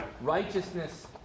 righteousness